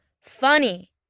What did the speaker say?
funny